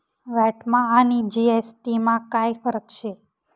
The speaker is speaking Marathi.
व्हॅटमा आणि जी.एस.टी मा काय फरक शे?